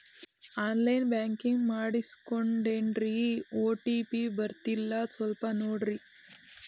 on line banking ಮಾಡಿಸ್ಕೊಂಡೇನ್ರಿ OTP ಬರ್ತಾಯಿಲ್ಲ ಸ್ವಲ್ಪ ನೋಡ್ರಿ